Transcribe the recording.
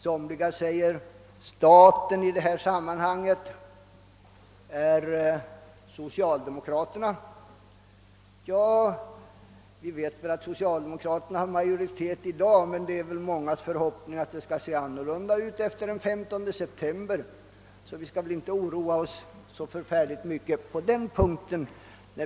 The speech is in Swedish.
Somliga säger att staten i detta sammanhang är detsamma som socialdemokraterna. Ja, vi vet att socialdemokraterna har majoritet i dag, men det är väl mångas förhoppning att det skall se annorlunda ut efter den 15 september, så vi skall inte oroa oss så förfärligt mycket på den punkten.